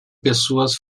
pessoas